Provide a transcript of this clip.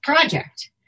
project